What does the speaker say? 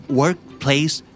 workplace